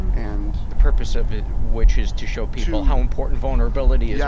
and the purpose of it, which is to show people how important vulnerability is yeah